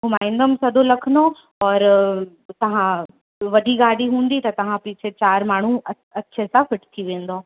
घुमाईंदमि सॼो लखनऊ औरि तव्हां वॾी गाॾी हूंदी त तव्हां पीछे चारि माण्हू अच अच्छे सां फिट थी वेंदो